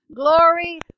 Glory